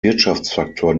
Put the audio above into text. wirtschaftsfaktor